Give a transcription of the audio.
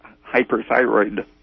hyperthyroid